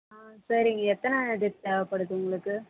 ஆ சரிங்க எத்தனை இது தேவைப்படுது உங்களுக்கு